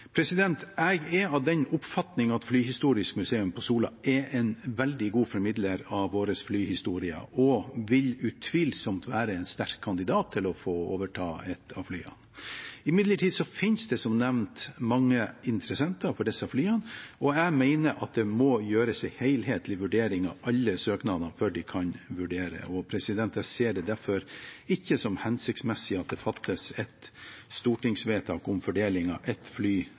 Jeg er av den oppfatning at Flyhistorisk Museum Sola er en veldig god formidler av vår flyhistorie og utvilsomt vil være en sterk kandidat til å få overta ett av flyene. Imidlertid finnes det som nevnt mange interessenter for disse flyene, og jeg mener at det må gjøres en helhetlig vurdering av alle søknader før man kan konkludere. Jeg ser det derfor ikke som hensiktsmessig at det fattes et stortingsvedtak om fordeling av ett fly